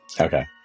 Okay